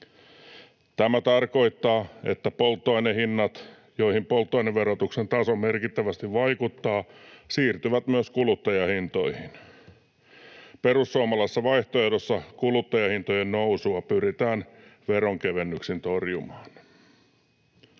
Tämä tarkoittaa, että polttoainehinnat, joihin polttoaineverotuksen taso merkittävästi vaikuttaa, siirtyvät myös kuluttajahintoihin. Perussuomalaisessa vaihtoehdossa kuluttajahintojen nousua pyritään veronkevennyksin torjumaan.